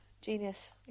genius